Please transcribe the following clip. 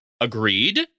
Agreed